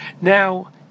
Now